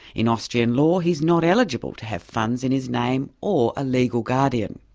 in austrian law he's not eligible to have funds in his name or a legal guardian.